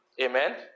Amen